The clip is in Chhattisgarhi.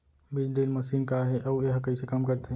बीज ड्रिल मशीन का हे अऊ एहा कइसे काम करथे?